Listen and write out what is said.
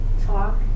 talk